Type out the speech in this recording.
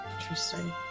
Interesting